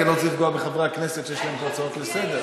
כי אני לא רוצה לפגוע בחברי הכנסת שיש להם פה הצעות לסדר-היום.